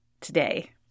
today